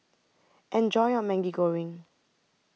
Enjoy your Maggi Goreng